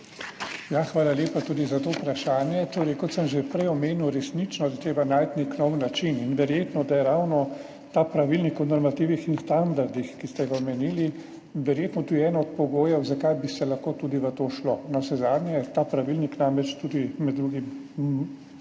Hvala lepa tudi za to vprašanje. Kot sem že prej omenil, resnično je treba najti nek nov način in verjetno je ravno ta pravilnik o normativih in standardih, ki ste ga omenili, tudi eden od pogojev, zakaj bi se lahko šlo tudi v to. Navsezadnje ima ta pravilnik namreč med drugim